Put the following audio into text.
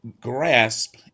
grasp